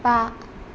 बा